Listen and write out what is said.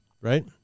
right